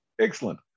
Excellent